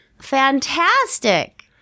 fantastic